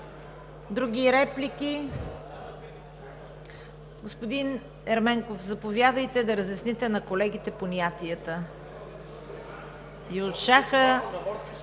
Други реплики? Господин Ерменков, заповядайте да разясните на колегите понятията и от шаха…